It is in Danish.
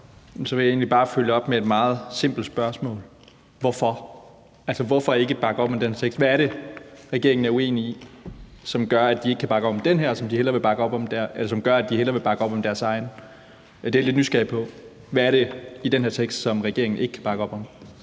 Så vil jeg egentlig bare følge op med et meget simpelt spørgsmål: Hvorfor vil man ikke bakke op om den tekst? Hvad er det, regeringen er uenig i, og som gør, at man ikke vil bakke op om vores tekst her, men hellere vil bakke op om ens eget forslag? Det er jeg lidt nysgerrig på. Hvad er det i den her tekst, som regeringen ikke kan bakke op om?